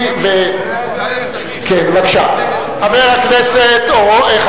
כי הוא התפרץ לדבריך, חבר הכנסת חיים אורון.